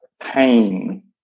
pain